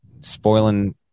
spoiling